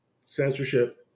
censorship